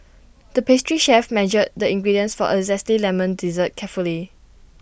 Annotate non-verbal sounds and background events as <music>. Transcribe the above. <noise> the pastry chef measured the ingredients for A Zesty Lemon Dessert carefully